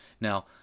now